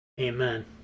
Amen